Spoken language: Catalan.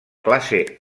classe